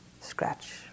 scratch